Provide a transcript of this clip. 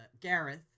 Gareth